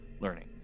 learning